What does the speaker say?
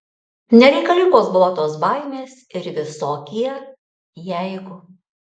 nereikalingos buvo tos baimės ir visokie jeigu